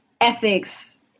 ethics